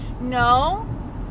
no